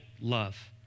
love